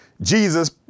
Jesus